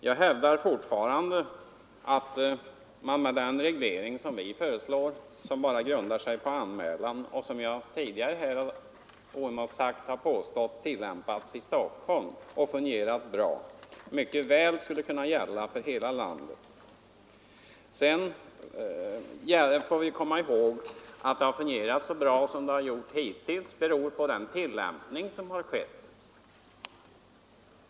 Jag hävdar emellertid fortfarande att den reglering som vi föreslår, som bara grundar sig på anmälan och som jag tidigare oemotsagd har påstått har tillämpats i Stockholm och fungerat bra, mycket väl skulle kunna gälla för hela landet. Sedan får vi komma ihåg att anledningen till att det fungerat så bra hittills är den tillämpning som skett.